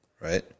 Right